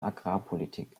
agrarpolitik